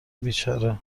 بیچاره